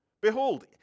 Behold